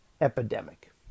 epidemic